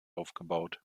aufgebaut